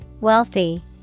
Wealthy